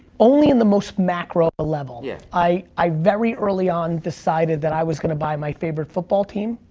only in the most macro level. yeah i i very early on decided that i was gonna buy my favorite football team,